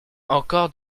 encore